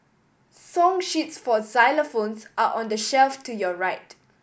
song sheets for xylophones are on the shelf to your right